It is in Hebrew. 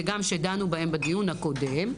וגם שדנו בהם בדיון הקודם,